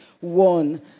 one